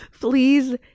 please